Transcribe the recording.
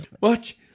Watch